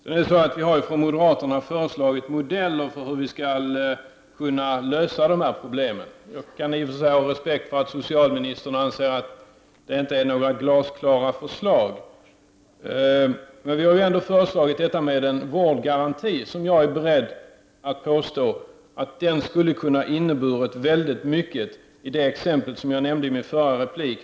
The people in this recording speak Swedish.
Moderaterna har ju lagt fram förslag till modeller för lösningar på dessa problem. I och för sig har jag respekt för socialministerns åsikt, att förslagen inte är glasklara. Men vi har alltså lagt fram förslaget om en vårdgaranti. En sådan skulle ha haft väldigt stor betydelse i fallet Åke Karlsson, som jag nämnde i en tidigare replik.